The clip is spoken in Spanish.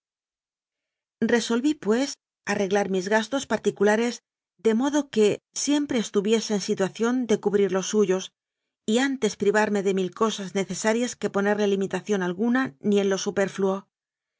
resolví pues arreglar mis gastos particulares de modo que siempre estuviese en situación de cu brir los suyos y antes privarme de mil cosas ne cesarias que ponerle limitación alguna ni en lo superfluo